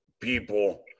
people